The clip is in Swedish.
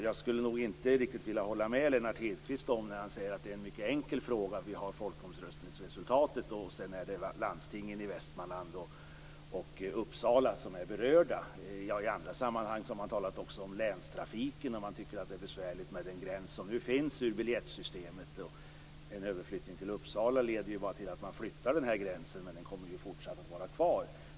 Jag skulle inte vilja hålla med Lennart Hedquist när han säger att det är en mycket enkel fråga, dels med tanke på folkomröstningsresultatet, dels med tanke på att det är landstingen i Västmanlands och Uppsala län som är berörda. Man har i andra sammanhang också talat om länstrafiken och tyckt att det när det gäller biljettsystemet är besvärligt med den gräns som nu finns. Ett överförande till Uppsala leder ju bara till att man flyttar på den gränsen. Den kommer även i fortsättningen att finnas kvar.